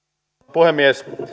puhemies